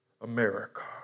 America